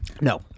No